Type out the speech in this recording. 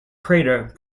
crater